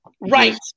Right